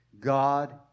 God